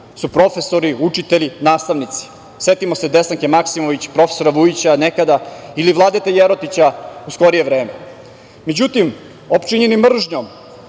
su profesori, učitelji, nastavnici. Setimo se Desanke Maksimović, profesora Vujića nekada ili Vladete Jerotića u skorije vreme.Međutim, opčinjeni mržnjom